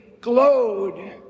glowed